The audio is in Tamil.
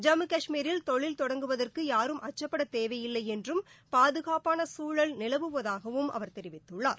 ஜம்மு கஷ்மீரில் தொழில் தொடங்குவதற்கு யாரும் அச்சுப்படத் தேவையில்லை என்றும் பாதுகாப்பான சூழல் நிலவுவதாகவும் அவர் தெரிவித்துள்ளார்